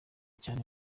cyane